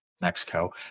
Mexico